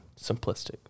simplistic